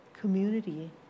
community